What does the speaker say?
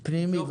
פנימי.